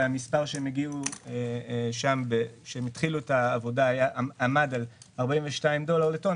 והמספר שהם הגיעו אליו כשהם התחילו את העבודה עמד על 42 דולר לטון,